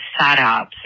setups